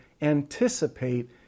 anticipate